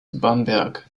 bamberg